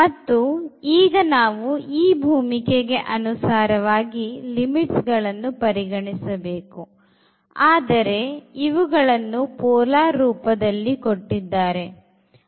ಮತ್ತು ಈಗ ನಾವು ಈ ಭೂಮಿಕೆಗೆ ಅನುಸಾರವಾಗಿ limis ಅನ್ನು ಪರಿಗಣಿಸಬೇಕು ಆದರೆ ಇವುಗಳನ್ನು polar ರೂಪದಲ್ಲಿ ಕೊಟ್ಟಿದ್ದಾರೆ